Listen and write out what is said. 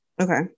Okay